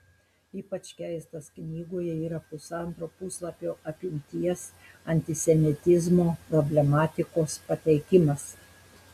ypač keistas knygoje yra pusantro puslapio apimties antisemitizmo problematikos pateikimas